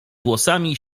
włosami